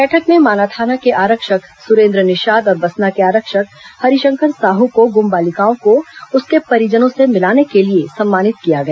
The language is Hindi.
बैठक में माना थाना के आरक्षक सुरेन्द्र निषाद और बसना के आरक्षक हरिशंकर साह को गुम बालिकाओं को उसके परिजनों से मिलाने के लिए सम्मानित किया गया